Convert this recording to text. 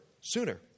sooner